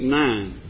nine